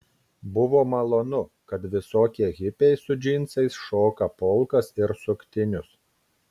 buvo malonu kad visokie hipiai su džinsais šoka polkas ir suktinius